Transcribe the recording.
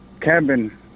cabin